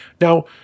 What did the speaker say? Now